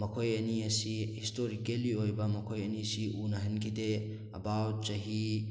ꯃꯈꯣꯏ ꯑꯅꯤ ꯑꯁꯤ ꯍꯤꯁꯇꯣꯔꯤꯀꯦꯜꯂꯤ ꯑꯣꯏꯕ ꯃꯈꯣꯏ ꯑꯅꯤ ꯑꯁꯤ ꯎꯅꯍꯟꯈꯤꯗꯦ ꯑꯕꯥꯎꯠ ꯆꯍꯤ